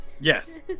Yes